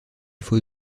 faut